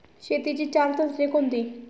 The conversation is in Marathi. शेतीची चार तंत्रे कोणती?